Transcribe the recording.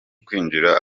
kwinjira